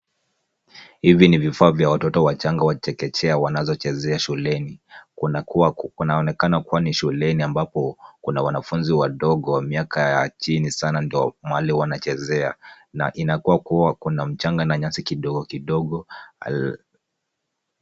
Hivi ni vifaa vya watoto wachanga wa chekechea wanazochezea shuleni. Kunaonekana kuwa ni shuleni ambapo kuna wanafunzi wadogo wa miaka ya chini sana ndio mahali wanachezea na inakaa kuwa kuna mchanga na nyasi kidogo kidogo.